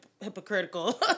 hypocritical